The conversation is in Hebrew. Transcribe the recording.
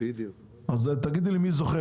אז תגידי לי מי זוכה,